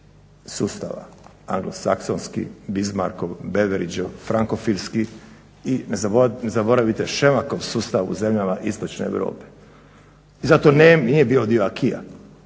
sustava, Anglosaksonski, Bizmarkov, Beveridgeov, Frankofilski i ne zaboravite Šemaškov sustav u zemljama istočne Europe. Zato nije bio dio